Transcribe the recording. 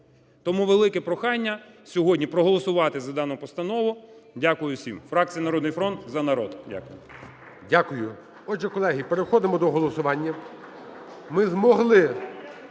Тому велике прохання сьогодні проголосувати за дану постанову. Дякую всім. Фракція "Народний фронт" за народ. Дякую. ГОЛОВУЮЧИЙ. Дякую. Отже, колеги, переходимо до голосування. Ми змогли